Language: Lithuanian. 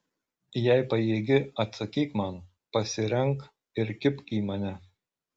jei pajėgi atsakyk man pasirenk ir kibk į mane